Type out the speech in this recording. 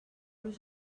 los